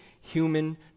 human